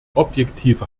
objektive